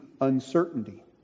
uncertainty